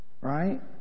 Right